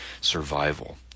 survival